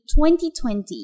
2020